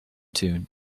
tune